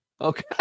Okay